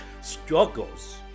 struggles